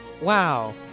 Wow